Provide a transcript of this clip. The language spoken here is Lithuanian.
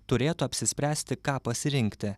turėtų apsispręsti ką pasirinkti